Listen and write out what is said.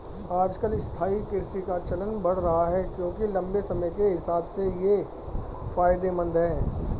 आजकल स्थायी कृषि का चलन बढ़ रहा है क्योंकि लम्बे समय के हिसाब से ये फायदेमंद है